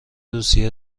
روسیه